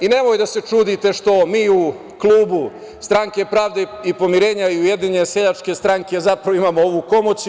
Nemojte da se čudite što mi u klubu Stranke pravde i pomirenja i Ujedinjene seljačke stranke zapravo imamo ovu komociju.